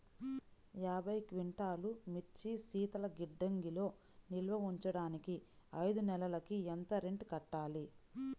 యాభై క్వింటాల్లు మిర్చి శీతల గిడ్డంగిలో నిల్వ ఉంచటానికి ఐదు నెలలకి ఎంత రెంట్ కట్టాలి?